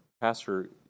Pastor